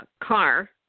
car